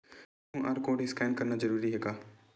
QR code scan करना जरूरी हे का?